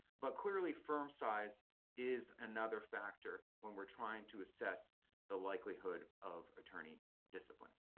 but clearly firm size is another factor when we're trying to assess the likelihood of attorney discipline.